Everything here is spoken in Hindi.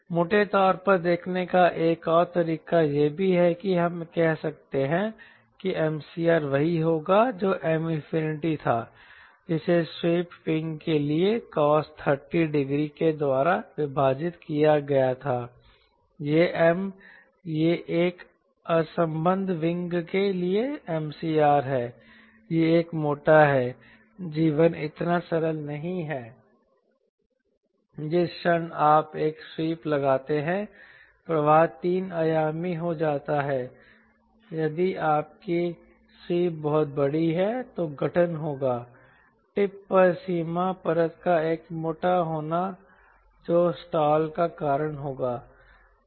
मोटे तौर पर देखने का एक और तरीका यह भी है कि हम कह सकते हैं कि MCR वही होगा जो M था जिसे स्वेप्ट विंग के लिए cos डिग्री के द्वारा विभाजित किया गया था यह M यह एक असंबद्ध विंग के लिए MCR है यह एक मोटा है जीवन इतना सरल नहीं है जिस क्षण आप एक स्वीप लगाते हैं प्रवाह तीन आयामी हो जाता है यदि आपकी स्वीप बहुत बड़ी है तो गठन होगा टिप पर सीमा परत का एक मोटा होना जो स्टाल का कारण होगा